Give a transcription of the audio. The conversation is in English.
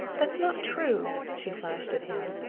that's not true! she flashed at him.